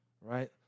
right